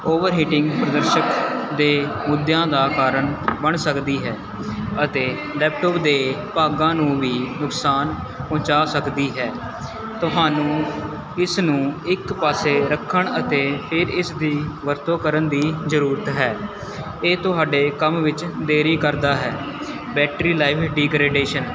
over heating ਪ੍ਰਦਰਸ਼ਕ ਦੇ ਮੁੱਦਿਆਂ ਦਾ ਕਾਰਨ ਬਣ ਸਕਦੀ ਹੈ ਅਤੇ ਲੈਪਟੋਪ ਦੇ ਭਾਗਾਂ ਨੂੰ ਵੀ ਨੁਕਸਾਨ ਪਹੁੰਚਾ ਸਕਦੀ ਹੈ ਤੁਹਾਨੂੰ ਇਸ ਨੂੰ ਇੱਕ ਪਾਸੇ ਰੱਖਣ ਅਤੇ ਫਿਰ ਇਸਦੀ ਵਰਤੋਂ ਕਰਨ ਦੀ ਜ਼ਰੂਰਤ ਹੈ ਇਹ ਤੁਹਾਡੇ ਕੰਮ ਵਿੱਚ ਦੇਰੀ ਕਰਦਾ ਹੈ ਬੈਟਰੀ ਲਾਈਫ ਡੀਗਰੇਡੇਸ਼ਨ